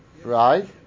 right